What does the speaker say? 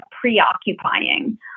preoccupying